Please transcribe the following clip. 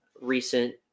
recent